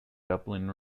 dublin